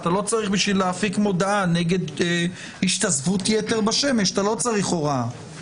אתה רוצה את ההסדר הזה אז מקבל את כל